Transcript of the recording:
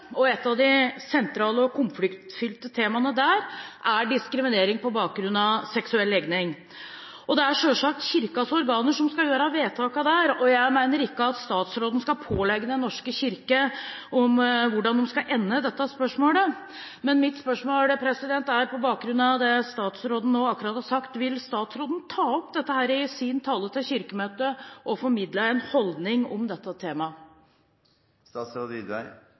og et av de sentrale og konfliktfylte temaene der er diskriminering på bakgrunn av seksuell legning. Det er selvsagt Kirkens organer som skal gjøre vedtakene der, og jeg mener ikke at statsråden skal instruere Den norske kirke i hvordan de skal ende dette spørsmålet, men mitt spørsmål er, på bakgrunn av det statsråden nå akkurat har sagt: Vil statsråden ta opp dette i sin tale til Kirkemøtet og formidle en holdning om dette